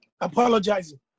Apologizing